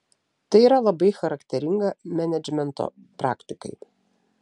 tai yra labai charakteringa menedžmento praktikai